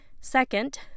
Second